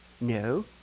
No